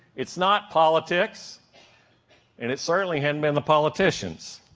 it's not politics and it certainly hadn't been the politicians.